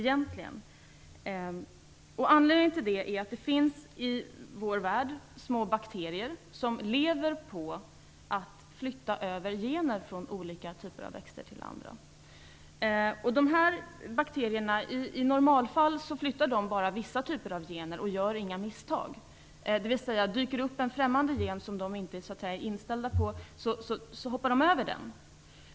Anledningen till det är att det i vår värld finns små bakterier som lever på att flytta över gener från olika typer av växter till andra. Dessa bakterier flyttar i normala fall bara vissa typer av gener och gör inga misstag. Dyker det alltså upp en främmande gen som de inte är inställda på hoppar de över den.